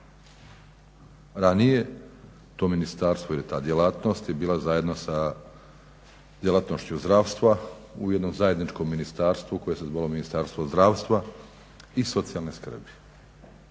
Ranije to ministarstvo ili ta djelatnost je bila zajedno sa djelatnošću zdravstva u jednom zajedničkom ministarstvu koje se zvalo Ministarstvo zdravstva i socijalne skrbi.